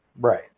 right